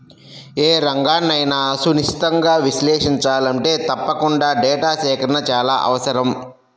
ఏ రంగన్నైనా సునిశితంగా విశ్లేషించాలంటే తప్పకుండా డేటా సేకరణ చాలా అవసరం